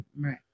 Right